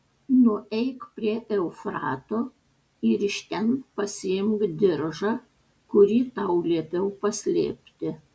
nueik prie eufrato ir iš ten pasiimk diržą kurį tau liepiau paslėpti